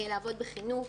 לעבוד בחינוך,